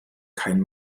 kein